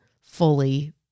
fully